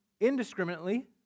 indiscriminately